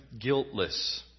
guiltless